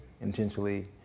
intentionally